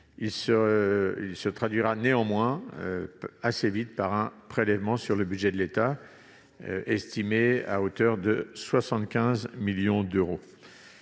Il se traduira néanmoins assez vite par un prélèvement sur le budget de l'État, estimé à 75 millions d'euros.